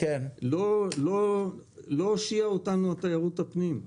לא הושיעה אותנו תיירות הפנים.